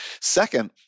Second